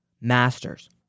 masters